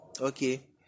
Okay